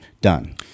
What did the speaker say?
done